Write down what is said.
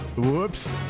Whoops